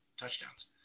touchdowns